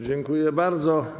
Dziękuję bardzo.